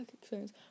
experience